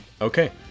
Okay